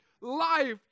life